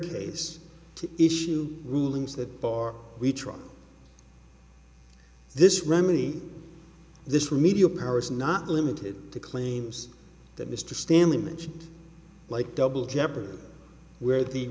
to issue rulings that bar we try this remedy this remedial power is not limited to claims that mr stanley mentioned like double jeopardy where the